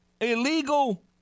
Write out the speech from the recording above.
illegal